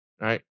right